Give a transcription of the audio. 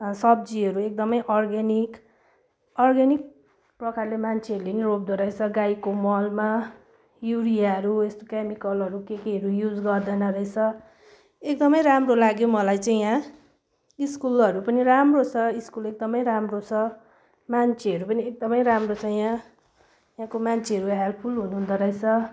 सब्जीहरू एकदमै organic organic प्रकारले मान्छेहरूले पनि रोप्दोरहेछ गाईको मलमा युरियाहरू यस्तो केमिकलहरू केकेहरू युज गर्दैन रहेछ एकदमै राम्रो लाग्यो मलाई चाहिँ यहाँ स्कुलहरू पनि राम्रो छ स्कुल एकदमै राम्रो छ मान्छेहरू पनि एकदमै राम्रो छ यहाँ यहाँको मान्छेहरू हेल्पफुल हुनुहुँदो रहेछ